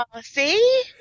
see